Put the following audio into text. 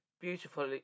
beautifully